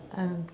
um